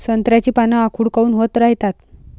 संत्र्याची पान आखूड काऊन होत रायतात?